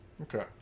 Okay